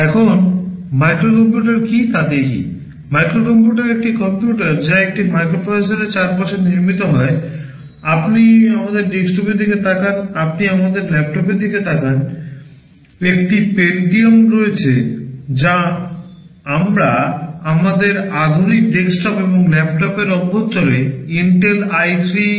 এখন মাইক্রো কম্পিউটারটি সম্পর্কে কথা বলি